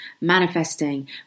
manifesting